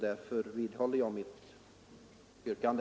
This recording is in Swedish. Därför vidhåller jag mitt yrkande.